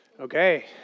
Okay